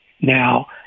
now